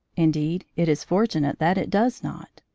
indeed, it is fortunate that it does not.